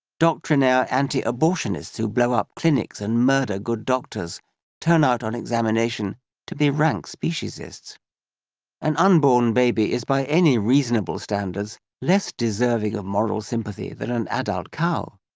doctrinaire anti-abortionists who blow up clinics and murder good doctors turn out on examination to be rank speciesists an unborn baby is by any reasonable standards less deserving of moral sympathy than an adult cow.